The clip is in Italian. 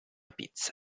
pizza